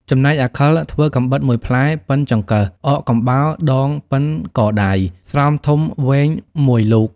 ចំណែកអាខិលធ្វើកាំបិត ១ផ្លែ ប៉ុនចង្កឹះអកកំបោរដងប៉ុនកដៃ ស្រោមធំវែងមួយលូក។